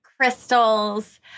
crystals